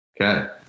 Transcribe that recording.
Okay